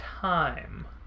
time